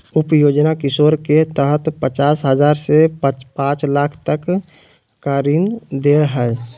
उप योजना किशोर के तहत पचास हजार से पांच लाख तक का ऋण दे हइ